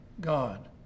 God